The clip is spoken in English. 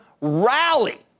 rally